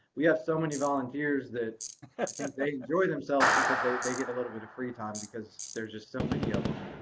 we have so many volunteers, that they enjoy themselves because they they get a little bit of free time, because there's just so many of them.